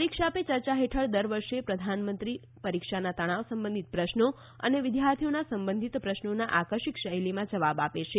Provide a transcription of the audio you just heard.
પરીક્ષા પે ચર્ચા હેઠળ દર વર્ષે પ્રધાનમંત્રી પરીક્ષાના તણાવ સંબંધિત પ્રશ્નો અને વિદ્યાર્થીઓના સંબંધિત પ્રશ્નોના આકર્ષક શૈલીમાં જવાબ આપે છે